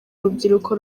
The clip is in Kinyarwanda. rubyiruko